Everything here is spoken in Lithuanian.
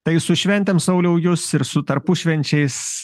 tai su šventėm sauliau jus ir su tarpušvenčiais